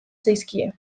zaizkie